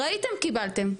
ראיתם קיבלתם.